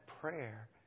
prayer